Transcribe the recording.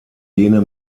jene